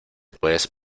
puedes